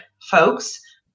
folks